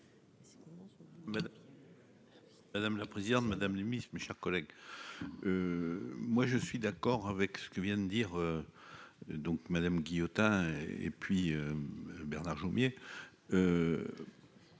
Madame la présidente, madame Ministre, mes chers collègues, moi je suis d'accord avec ce que vient de dire, donc Madame Guillotin et puis Bernard Jomier,